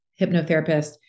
hypnotherapist